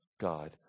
God